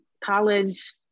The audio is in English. college